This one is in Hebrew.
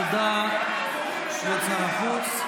תודה, כבוד שר החוץ.